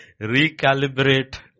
recalibrate